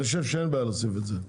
אני חושב שאין בעיה להוסיף את זה.